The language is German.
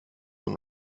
und